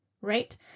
Right